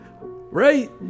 Right